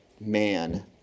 man